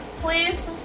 Please